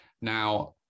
Now